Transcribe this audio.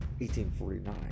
1849